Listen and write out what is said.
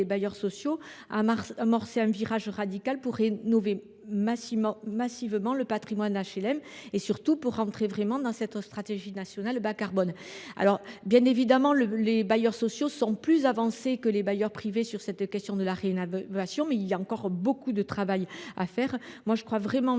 les bailleurs sociaux, amorcer un virage radical, rénover massivement le patrimoine HLM et, surtout, nous engager résolument dans la stratégie nationale bas carbone. Bien évidemment, les bailleurs sociaux sont plus avancés que les bailleurs privés sur la question de la rénovation, mais il reste encore beaucoup de travail à faire. Véritablement,